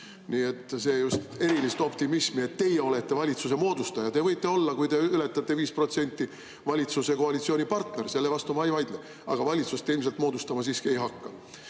Nii et see just erilist optimismi, et teie olete valitsuse moodustaja[, ei tekita]. Te võite olla, kui te ületate 5%, valitsuse koalitsioonipartner, sellele ma vastu ei vaidle, aga valitsust te ilmselt siiski moodustama ei hakka.